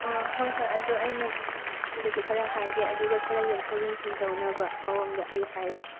ꯑꯥ ꯍꯣꯏ ꯍꯣꯏ ꯑꯗꯨ ꯑꯩꯅ ꯃꯣꯏꯗꯁꯨ ꯈꯔ ꯍꯥꯏꯒꯦ ꯑꯗꯨꯒ ꯈꯔ ꯌꯦꯡꯊꯣꯛ ꯌꯦꯡꯁꯤꯟ ꯇꯧꯅꯕ ꯃꯑꯣꯡꯗ ꯑꯩ ꯍꯥꯏꯔꯒꯦ